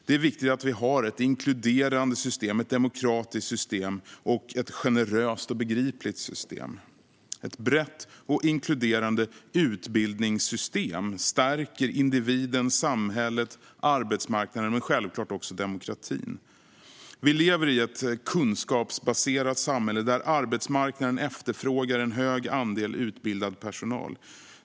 Det är viktigt att vi har ett inkluderande system, ett demokratiskt system och ett generöst och begripligt system. Ett brett och inkluderande utbildningssystem stärker individen, samhället, arbetsmarknaden men självklart också demokratin. Vi lever i ett kunskapsbaserat samhälle, där arbetsmarknaden efterfrågar en stor andel utbildad personal.